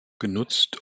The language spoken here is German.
genutzt